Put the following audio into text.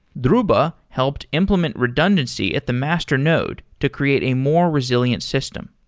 dhruba helped implement redundancy at the master node to create a more resilient system.